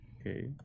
Okay